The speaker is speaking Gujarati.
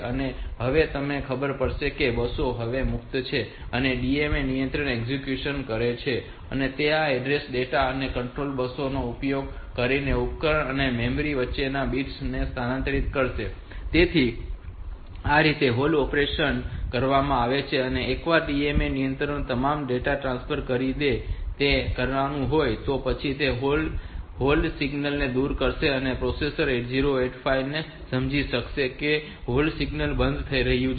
તો હવે તમને ખબર પડશે કે બસો હવે મુક્ત છે અને હવે DMA નિયંત્રક એક્ઝિક્યુટ કરશે અને તે આ એડ્રેસ ડેટા અને કંટ્રોલ બસો નો ઉપયોગ કરીને ઉપકરણ અને મેમરી વચ્ચેના બિટ્સ ને સ્થાનાંતરિત કરશે તેથી આ રીતે આ હોલ્ડ ઑપરેશન કરવામાં આવે છે અને એકવાર આ DMA નિયંત્રક તમામ ડેટા ટ્રાન્સફર કરી દે કે જે તેને કરવાનું હોય તો પછી તે આ હોલ્ડ સિગ્નલ ને દૂર કરશે અને પ્રોસેસર 8085 સમજી જશે કે હોલ્ડ સિગ્નલ બંધ થઈ ગયું છે